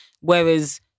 Whereas